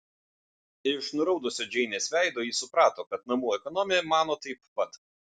iš nuraudusio džeinės veido ji suprato kad namų ekonomė mano taip pat